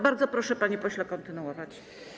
Bardzo proszę, panie pośle, kontynuować.